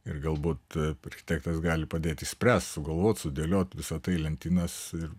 ir galbūt architektas gali padėt išspręst sugalvot sudėliot visa tai į lentynas ir